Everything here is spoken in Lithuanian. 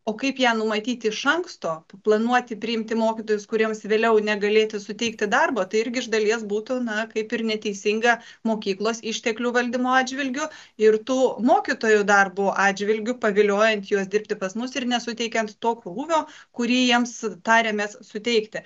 o kaip ją numatyti iš anksto planuoti priimti mokytojus kuriems vėliau negalėti suteikti darbo tai irgi iš dalies būtų na kaip ir neteisinga mokyklos išteklių valdymo atžvilgiu ir tų mokytojų darbo atžvilgiu paviliojant juos dirbti pas mus ir nesuteikiant to krūvio kurį jiems tariamės suteikti